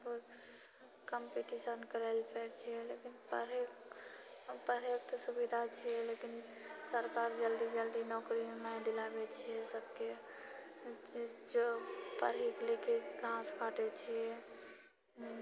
books competition करए लए फेर छिऐ लेकिन पढ़ै आब पढ़ैके तऽ सुविधा छिऐ लेकिन सरकार जल्दी जल्दी नौकरी नहि दिलाबै छिऐ सभके जो पढ़ि लिखि घास काटै छिऐ